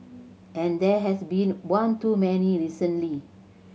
and there has been one too many recently